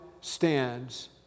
stands